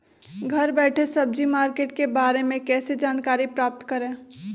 घर बैठे सब्जी मार्केट के बारे में कैसे जानकारी प्राप्त करें?